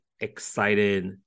excited